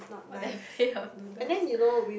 what they pay her noodle